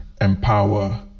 Empower